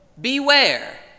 Beware